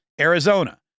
Arizona